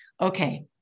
okay